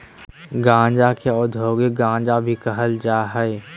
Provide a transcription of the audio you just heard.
गांजा के औद्योगिक गांजा भी कहल जा हइ